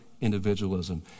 individualism